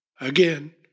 again